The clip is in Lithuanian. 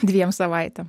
dviem savaitėm